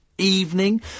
evening